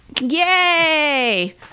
yay